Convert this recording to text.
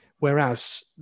Whereas